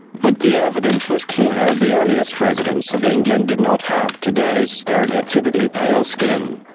but the evidence was clear the earliest residents of england did not have today's stereotypically pale skin.